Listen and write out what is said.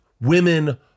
women